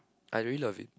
I really love it